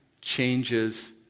changes